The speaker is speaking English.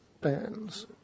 bands